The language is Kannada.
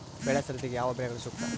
ಬೆಳೆ ಸರದಿಗೆ ಯಾವ ಬೆಳೆಗಳು ಸೂಕ್ತ?